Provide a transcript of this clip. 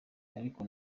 ariko